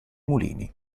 mulini